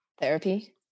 Therapy